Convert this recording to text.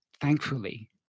thankfully